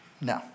No